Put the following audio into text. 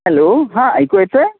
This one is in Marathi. हॅलो हां ऐकू येतं आहे